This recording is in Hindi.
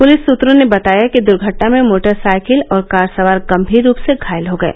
पुलिस सूत्रों ने बताया कि दुर्घटना में मोटरसाइकिल और कार सवार गम्मीर रूप से घायल हो गये